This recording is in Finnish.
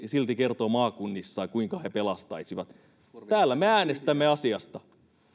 silti kertoo maakunnissa kuinka he sen pelastaisivat täällä me äänestämme asiasta